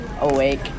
awake